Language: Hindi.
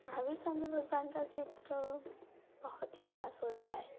महावीर स्वामी भगवान का चित्र बहुत ही खास होता है